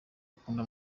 ukunda